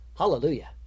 Hallelujah